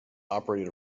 operated